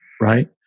right